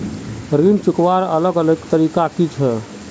ऋण चुकवार अलग अलग तरीका कि छे?